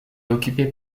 occupée